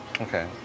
Okay